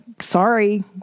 Sorry